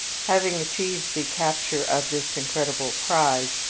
having achieved the capture of this incredible prize,